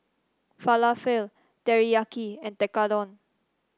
Falafel Teriyaki and Tekkadon